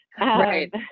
Right